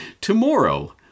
Tomorrow